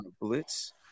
blitz